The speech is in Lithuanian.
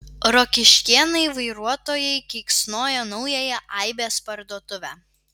rokiškėnai vairuotojai keiksnoja naująją aibės parduotuvę